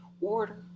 order